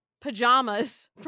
pajamas